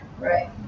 Right